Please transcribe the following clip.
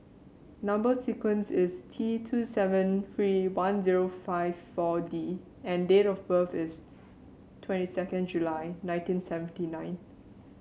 number sequence is T two seven three one zero five four D and date of birth is twenty second July nineteen seventy nine